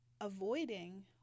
Avoiding